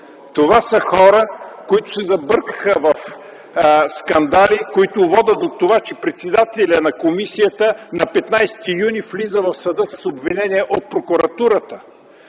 това са хора, които се забъркаха в скандали, водещи до това, че председателят на комисията на 15 юни т.г. влиза в съда с обвинение от прокуратурата.